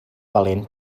valent